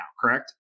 correct